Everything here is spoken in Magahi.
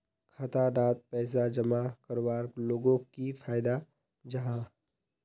खाता डात पैसा जमा करवार लोगोक की फायदा जाहा?